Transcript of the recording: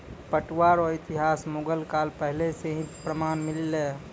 पटुआ रो इतिहास मुगल काल पहले से ही प्रमान मिललै